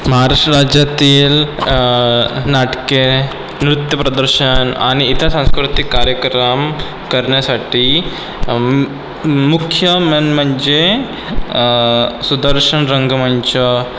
महाराष्ट्र राज्यातील नाटके नृत्य प्रदर्शन आणि इतर सांस्कृतिक कार्यक्रम करण्यासाठी मुख्य मेन म्हणजे सुदर्शन रंगमंच